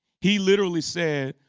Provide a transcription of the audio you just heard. he literally said,